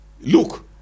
Look